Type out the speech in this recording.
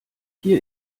hier